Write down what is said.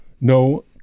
No